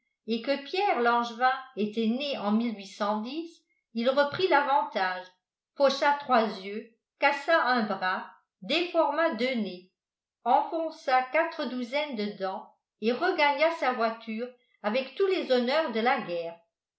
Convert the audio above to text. et que pierre langevin était né en il reprit l'avantage pocha trois yeux cassa un bras déforma deux nez enfonça quatre douzaines de dents et regagna sa voiture avec tous les honneurs de la guerre